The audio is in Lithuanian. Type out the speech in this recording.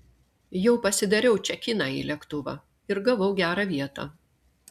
jau pasidariau čekiną į lėktuvą ir gavau gerą vietą